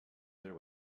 their